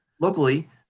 locally